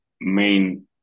main